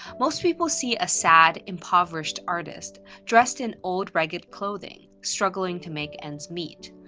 most people see a sad, impoverished artist, dressed in old ragged clothing, struggling to make ends meet.